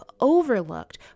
overlooked